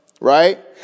right